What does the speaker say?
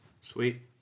Sweet